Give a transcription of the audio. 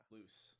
Loose